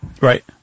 Right